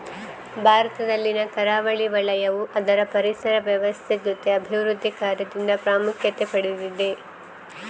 ಭಾರತದಲ್ಲಿನ ಕರಾವಳಿ ವಲಯವು ಅದರ ಪರಿಸರ ವ್ಯವಸ್ಥೆ ಜೊತೆ ಅಭಿವೃದ್ಧಿ ಕಾರ್ಯದಿಂದ ಪ್ರಾಮುಖ್ಯತೆ ಪಡೆದಿದೆ